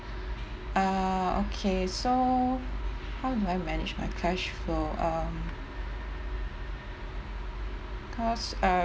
uh okay so how do I manage my cash flow um cause uh